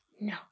No